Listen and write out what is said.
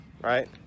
right